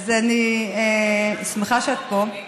אז אני שמחה שאת פה.